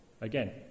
Again